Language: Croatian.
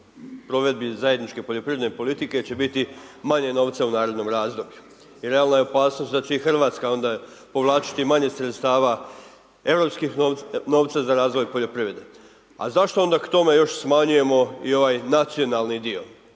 provedbi zajedničke poljoprivredne politike će biti manje novca u narednom razdoblju. Realna je opasnost da će i Hrvatska onda povlačiti manje sredstava europskim novcem za razvoj poljoprivrede. A zašto onda k tome još smanjujemo i ovaj nacionalni dio